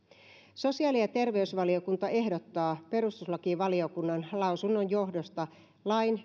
sosiaali ja terveysvaliokunta ehdottaa perustuslakivaliokunnan lausunnon johdosta lain